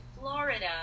Florida